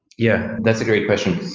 yeah, that's a great question.